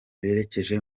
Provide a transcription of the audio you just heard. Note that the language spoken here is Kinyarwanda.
berekeje